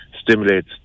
stimulates